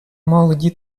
молоді